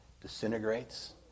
disintegrates